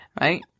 Right